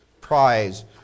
prize